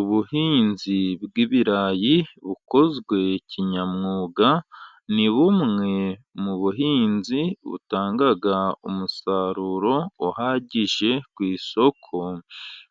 Ubuhinzi bw'ibirayi bukozwe kinyamwuga, ni bumwe mu buhinzi butanga umusaruro uhagije ku isoko,